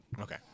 Okay